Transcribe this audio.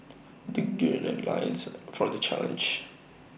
they gird their loins for the challenge